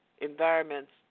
environments